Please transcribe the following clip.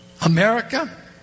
America